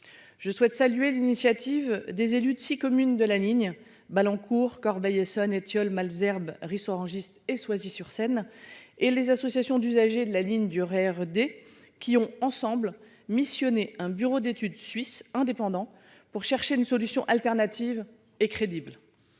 Je souhaite saluer l'initiative des élus de 6 communes de la ligne Bâle-. Corbeil-Essonnes étiole Malesherbes Ris-Orangis et Soisy-sur-Seine et les associations d'usagers de la ligne dure. Qui ont ensemble missionné un bureau d'études suisse indépendant pour chercher une solution alternative et crédible.